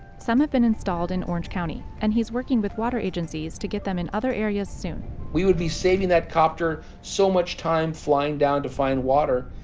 some have been installed in orange county and he's working with water agencies to get them in other areas. soon we would be saving that helicopter so much time flying down to find water.